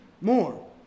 more